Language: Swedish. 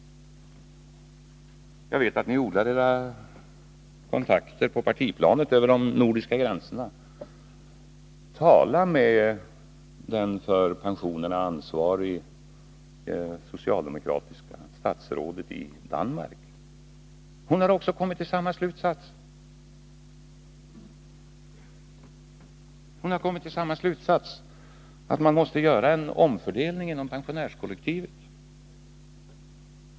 Jag vet att ni odlar era kontakter på partiplanet över de nordiska gränserna. Tala med det för pensionerna ansvariga socialdemokratiska statsrådet i Danmark. Hon har också kommit till samma slutsats, dvs. att man måste göra en omfördelning inom pensionärskollektivet.